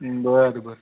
बरं बरं